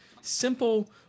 simple